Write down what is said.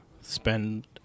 spend